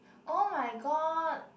oh my god